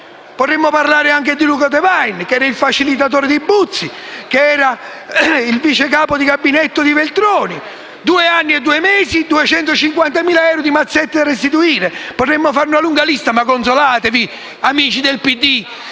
Potremmo parlare anche di Luca Odevaine, il facilitatore di Buzzi, che era il vice capo di gabinetto di Veltroni: due anni e due mesi, 250.000 euro di mazzette da restituire. Potemmo fare una lunga lista, ma consolatevi, amici del PD,